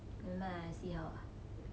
nevermind ah I see how ah